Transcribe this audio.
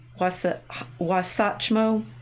Wasatchmo